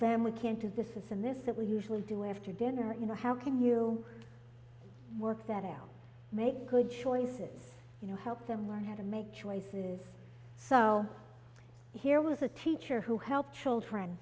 we can't do this and this that we usually do after dinner you know how can you work that out make good choices you know help them learn how to make choices so here was a teacher who helped children